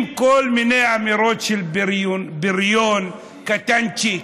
כל מיני אמירות של בריון קטנצ'יק,